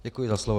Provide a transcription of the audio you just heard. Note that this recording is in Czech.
Děkuji za slovo.